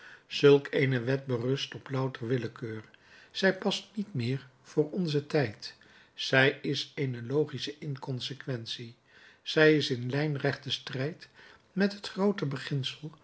zulk eene wet berust op louter willekeur zij past niet meer voor onzen tijd zij is eene logische inconsequentie zij is in lijnrechten strijd met het groote